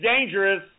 dangerous